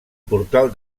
portal